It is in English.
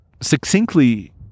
succinctly